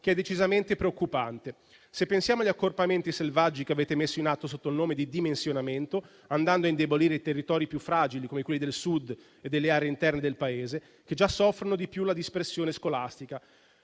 che è decisamente preoccupante. Pensiamo agli accorpamenti selvaggi che avete messo in atto sotto il nome di dimensionamento, andando a indebolire i territori più fragili come quelli del Sud e delle aree interne del Paese che già soffrono di più la dispersione scolastica.